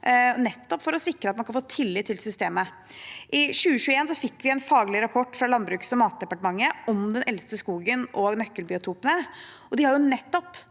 for å sikre at man kan få tillit til systemet. I 2021 fikk vi en faglig rapport fra Landbruks- og matdepartementet om den eldste skogen og nøkkelbiotopene,